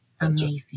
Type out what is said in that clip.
amazing